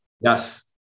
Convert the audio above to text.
Yes